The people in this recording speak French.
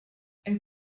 elle